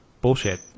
Bullshit